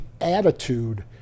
attitude